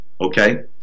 okay